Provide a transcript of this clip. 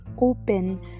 open